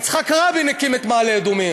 יצחק רבין הקים את מעלה-אדומים.